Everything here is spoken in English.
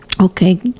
Okay